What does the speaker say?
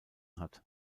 hat